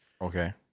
Okay